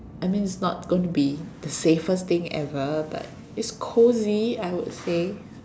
I mean it's not going to be the safest thing ever but it's cozy I would say